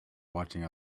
watching